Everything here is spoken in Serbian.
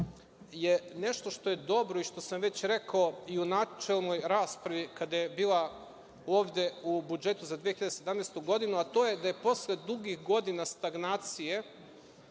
je nešto što je dobro i što sam već rekao i u načelnoj raspravi kada je bila ovde o budžetu za 2017. godinu, a to je da je posle dugih godina stagnacije